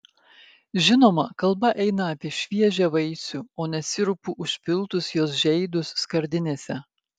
žinoma kalba eina apie šviežią vaisių o ne sirupu užpiltus jos žeidus skardinėse